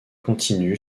continu